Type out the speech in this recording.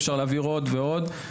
אפשר להעביר עוד ועוד.